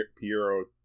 Piero